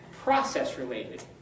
process-related